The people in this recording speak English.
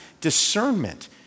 discernment